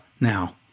now